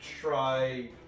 try